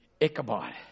Ichabod